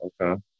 okay